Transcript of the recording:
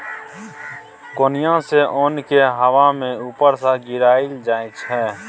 कोनियाँ सँ ओन केँ हबा मे उपर सँ गिराएल जाइ छै